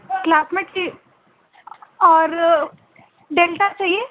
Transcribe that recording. classmate کی اور delta چاہیے